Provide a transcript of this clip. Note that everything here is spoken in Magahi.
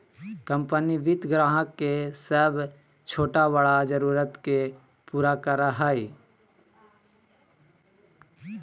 कंपनी वित्त ग्राहक के सब छोटा बड़ा जरुरत के पूरा करय हइ